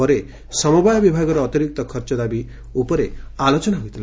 ପରେ ସମବାୟ ବିଭାଗର ଅତିରିକ୍ତ ଖର୍ଚ ଦାବି ଉପରେ ଆଲୋଚନା ହୋଇଥିଲା